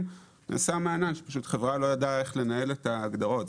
נעשה מענן שפשוט חברה לא ידעה איך לנהל את ההגדרות.